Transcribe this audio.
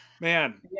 Man